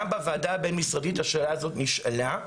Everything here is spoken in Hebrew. גם בוועדה הבין-משרדית השאלה הזאת נשאלה.